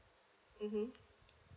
mm